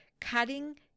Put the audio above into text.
cutting